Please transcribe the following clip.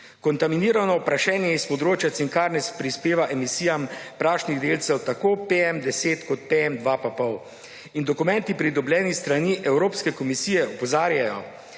Kontaminirano prašenje iz območja Cinkarne prispeva k emisijam prašnih delcev tako PM10 kot PM2,5. In dokumenti, pridobljeni s strani Evropske komisije, opozarjajo,